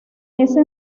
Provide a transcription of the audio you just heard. ese